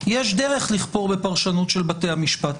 - יש דרך לכפור בפרשנות של בתי המשפט.